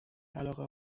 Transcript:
علاقه